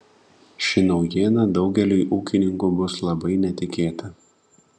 ši naujiena daugeliui ūkininkų bus labai netikėta